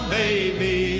baby